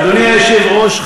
אדוני היושב-ראש,